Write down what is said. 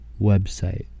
website